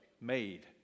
made